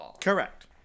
Correct